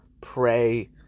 pray